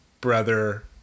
brother